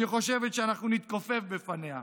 שהיא חושבת שאנחנו נתכופף בפניה.